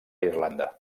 irlanda